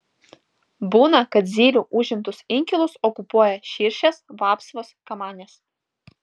būna kad zylių užimtus inkilus okupuoja širšės vapsvos kamanės